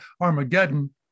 Armageddon